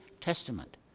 Testament